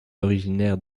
originaire